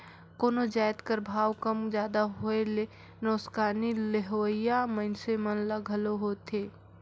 कोनो जाएत कर भाव कम जादा होए ले नोसकानी लेहोइया मइनसे मन ल घलो होएथे